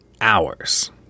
hours